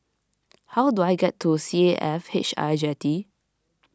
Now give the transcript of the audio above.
how do I get to C A F H I Jetty